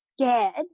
scared